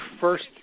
first